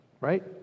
right